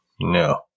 No